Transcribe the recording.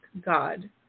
God